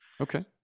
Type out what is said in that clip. Okay